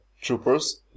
troopers